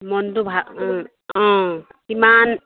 মনটো ভা অ ওম কিমান